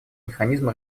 механизм